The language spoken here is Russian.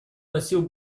носил